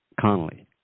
Connolly